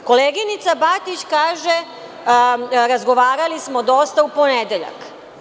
Koleginica Batić kaže – razgovarali smo dosta u ponedeljak.